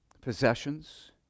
possessions